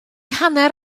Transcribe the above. hanner